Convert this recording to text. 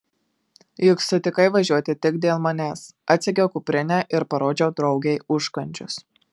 juk sutikai važiuoti tik dėl manęs atsegiau kuprinę ir parodžiau draugei užkandžius